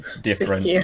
different